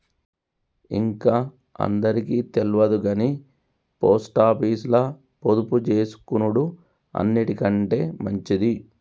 ఇంక అందరికి తెల్వదుగని పోస్టాపీసుల పొదుపుజేసుకునుడు అన్నిటికంటె మంచిది